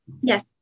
Yes